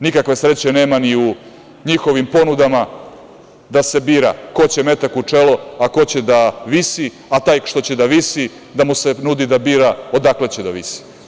Nikakve sreće nema ni u njihovim ponudama da se bira ko će metak u čelo, a ko će da visi, a taj što će da visi, da mu se nudi da bira odakle će da visi.